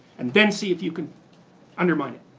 and then see if you can undermine it.